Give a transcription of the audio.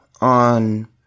on